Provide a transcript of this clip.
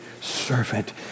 servant